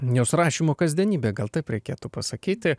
jos rašymo kasdienybę gal taip reikėtų pasakyti